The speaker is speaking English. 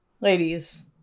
ladies